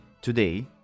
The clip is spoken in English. Today